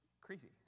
creepy